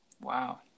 Wow